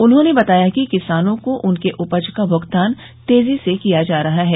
उन्होंने बताया कि किसानों को उनके उपज का भुगतान तेजी से किया जा रहा है